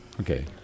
Okay